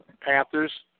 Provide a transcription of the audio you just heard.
Panthers